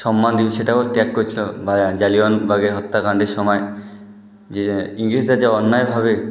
সম্মান দিল সেটাও ত্যাগ করেছিল জালিওয়ানবাগের হত্যাকাণ্ডের সময় যে ইংরেজরা যে অন্যায়ভাবে